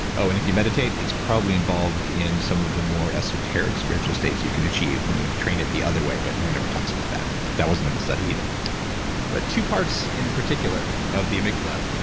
oh, and if you meditate, it's probably involved in some of the more esoteric spiritual states you can achieve when you train it the other way, but no one ever talks about that. that wasn't in the study either but two parts in particular, of the amygdala.